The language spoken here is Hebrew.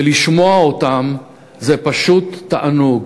ולשמוע אותם, זה פשוט תענוג.